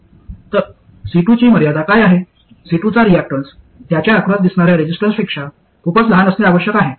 तर C2 ची मर्यादा काय आहे C2 चा रियाक्टन्स त्याच्या अक्रॉस दिसणार्या रेजिस्टन्सपेक्षा खूपच लहान असणे आवश्यक आहे